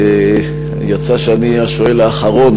יצא שאני השואל האחרון,